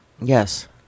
Yes